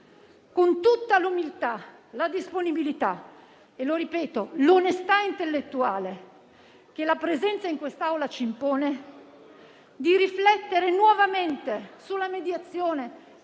con tutta l'umiltà, la disponibilità e - ripeto - l'onestà intellettuale che la presenza in quest'Aula ci impone, di riflettere nuovamente sulla mediazione